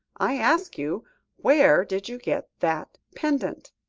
i asked you where did you get that pendant?